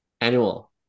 annual